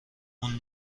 اون